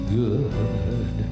good